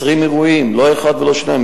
20 אירועים, לא אחד ולא שניים.